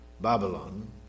Babylon